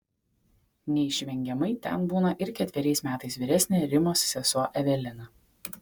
neišvengiamai ten būna ir ketveriais metais vyresnė rimos sesuo evelina